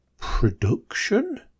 production